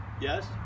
yes